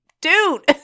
Dude